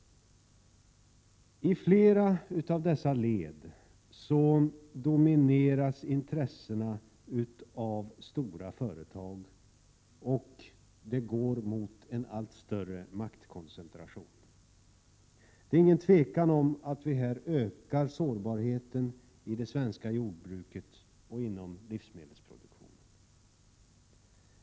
I flera av dessa led domineras intressena av stora företag, och utvecklingen går mot en allt större maktkoncentration. Det är inget tvivel om att vi därigenom ökar sårbarheten i det svenska jordbruket och inom livsmedelsproduktionen.